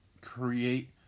create